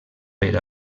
per